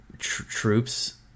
troops